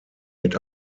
mit